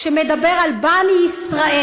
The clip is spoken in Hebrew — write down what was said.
הוא מדבר על בָּנִי ישראל.